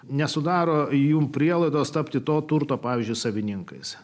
nesudaro jums prielaidos tapti to turto pavyzdžiui savininkais